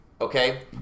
Okay